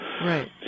Right